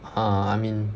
!huh! I mean